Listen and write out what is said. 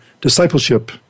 discipleship